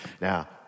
Now